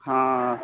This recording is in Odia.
ହଁ